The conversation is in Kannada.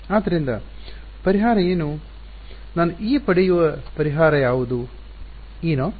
ಆದ್ದರಿಂದ ಪರಿಹಾರ ಏನು ನಾನು E ಪಡೆಯುವ ಪರಿಹಾರ ಯಾವುದು E ನಾಟ್